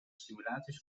simulaties